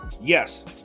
yes